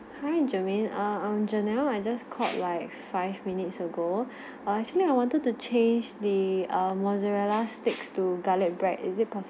hi germane uh I'm um janelle I just called like five minutes ago err actually I wanted to change the um mozzarella sticks to garlic bread is it pos~